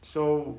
so